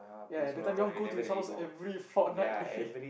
ya that time you want to go to his house every fortnight day